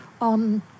on